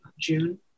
June